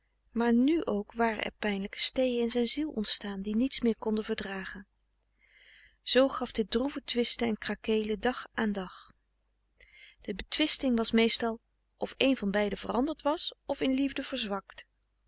maar nu ook waren er pijnlijke steeën in zijn ziel ontstaan die niets meer konden verdragen zoo gaf dit droeve twisten en krakeelen dag aan dag de betwisting was meestal of een van beiden veranderd was of in liefde verzwakt